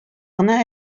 гына